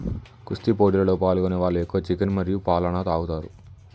కుస్తీ పోటీలలో పాల్గొనే వాళ్ళు ఎక్కువ చికెన్ మరియు పాలన తాగుతారు